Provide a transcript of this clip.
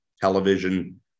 television